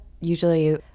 usually